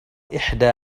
إحدى